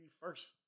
first